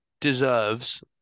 deserves